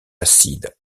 acide